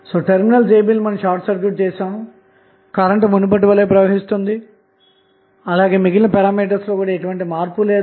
కాబట్టి terminals ab లు short circuit చేసాము కరెంటు మునుపటి వలే ప్రవహిస్తుంది అలాగే మిగిలిన పరామితులలో ఎటువంటి మార్పు లేదు